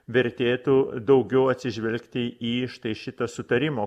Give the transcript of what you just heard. vertėtų daugiau atsižvelgti į štai šitą sutarimo